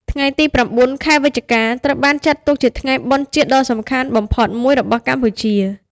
ថ្ងៃទី៩ ខែវិច្ឆិកា ត្រូវបានចាត់ទុកជាថ្ងៃបុណ្យជាតិដ៏សំខាន់បំផុតមួយរបស់កម្ពុជា។